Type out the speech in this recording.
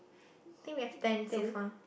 think we have ten so far